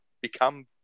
become